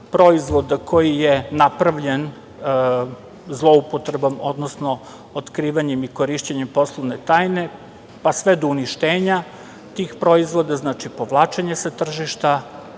proizvoda koji je napravljen zloupotrebom, odnosno otkrivanjem i korišćenjem poslovne tajne, pa sve do uništenja tih proizvoda, znači, povlačenje sa tržišta,